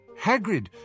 Hagrid